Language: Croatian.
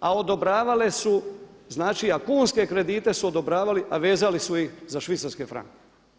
a odobravale su znači a kunske kredite su odobravali a vezali su iz za švicarske franke.